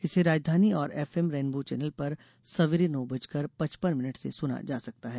इसे राजधानी और एफएम रेनबो चैनलों पर सवेरे नौ बज कर पचपन मिनट से सुना जा सकता है